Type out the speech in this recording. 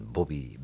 Bobby